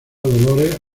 dolores